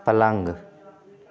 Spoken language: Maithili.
पलङ्ग